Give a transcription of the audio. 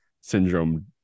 Syndrome